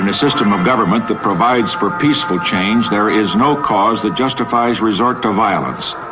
and system of government that provides for peaceful change there is no cause that justifies resort to violence.